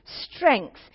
strength